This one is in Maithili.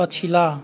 पछिला